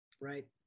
right